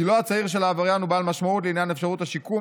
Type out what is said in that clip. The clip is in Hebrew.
גילו הצעיר של העבריין הוא בעל משמעות לעניין אפשרות השיקום,